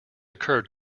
occurred